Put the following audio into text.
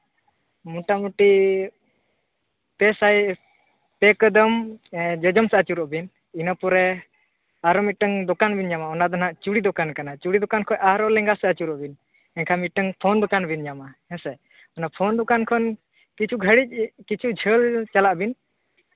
ᱢᱳᱴᱟᱢᱩᱴᱤ ᱯᱮᱥᱟᱭ ᱯᱮ ᱠᱚᱫᱚᱢ ᱡᱚᱡᱚᱢ ᱥᱮᱫ ᱟᱹᱪᱩᱨᱚᱜ ᱵᱤᱱ ᱤᱱᱟᱹ ᱯᱚᱨᱮ ᱟᱨ ᱢᱤᱫᱴᱟᱱ ᱫᱚᱠᱟᱱ ᱵᱤᱱ ᱧᱟᱢᱟ ᱚᱱᱟᱫᱚ ᱦᱟᱸᱜ ᱪᱩᱲᱤ ᱫᱚᱠᱟᱱ ᱠᱟᱱᱟ ᱪᱩᱲᱤ ᱫᱚᱠᱟᱱ ᱠᱷᱚᱱ ᱟᱨᱦᱚᱸ ᱞᱮᱸᱜᱟ ᱥᱮᱫ ᱟᱹᱪᱩᱨᱚᱜ ᱵᱤᱱ ᱮᱱᱠᱷᱟᱱ ᱢᱤᱫᱴᱮᱱ ᱯᱷᱳᱱ ᱫᱚᱠᱟᱱ ᱵᱤᱱ ᱧᱟᱢᱟ ᱦᱮᱸᱥᱮ ᱚᱱᱟ ᱯᱷᱳᱱ ᱫᱚᱠᱟᱱ ᱠᱷᱚᱱ ᱠᱤᱪᱷᱩ ᱜᱷᱟᱹᱲᱤᱡ ᱠᱤᱪᱷᱩ ᱡᱷᱟᱹᱞ ᱪᱟᱞᱟᱜ ᱵᱤᱱ